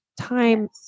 time